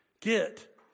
Get